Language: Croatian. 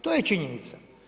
To je činjenica.